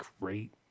great